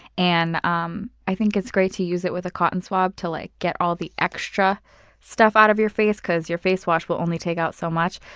and um i think it's great to use it with a cotton swab to like get all the extra stuff out of your face, because your face wash will only take out so much.